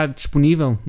disponível